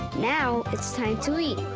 now, it's time to eat.